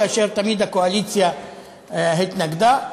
כאשר תמיד הקואליציה התנגדה.